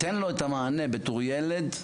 תן להם את המענה בתור ילדים,